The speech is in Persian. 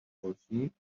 خورشید